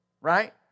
Right